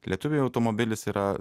lietuviui automobilis yra